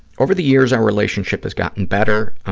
over the years, our relationship has gotten better.